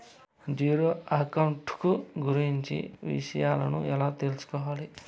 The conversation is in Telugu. జీరో అకౌంట్ కు గురించి విషయాలను ఎలా తెలుసుకోవాలి?